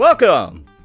Welcome